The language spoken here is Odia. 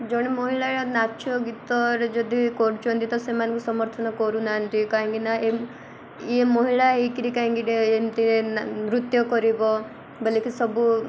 ଜଣେ ମହିଳା ନାଚ ଗୀତରେ ଯଦି କରୁଛନ୍ତି ତ ସେମାନଙ୍କୁ ସମର୍ଥନ କରୁନାହାଁନ୍ତି କାହିଁକି ନା ଇଏ ମହିଳା ହେଇକିରି କାହିଁକିରି ଏମିତିରେ ନୃତ୍ୟ କରିବ ବୋଲେକି ସବୁ